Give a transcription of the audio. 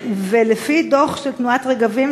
ולפי דוח של תנועת "רגבים",